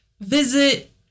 visit